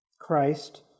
Christ